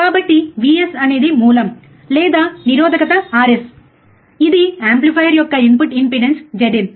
కాబట్టి Vs అనేది మూలం లేదా నిరోధకత Rs ఇది యాంప్లిఫైయర్ యొక్క ఇన్పుట్ ఇంపెడెన్స్ Zin